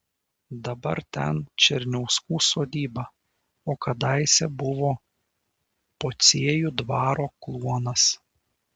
dabar ten černiauskų sodyba o kadaise buvo pociejų dvaro kluonas